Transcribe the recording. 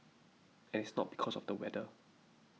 and it's not because of the weather